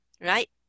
right